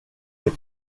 les